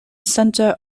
center